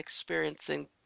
experiencing